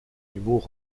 humour